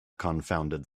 confounded